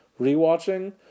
rewatching